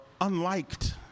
unliked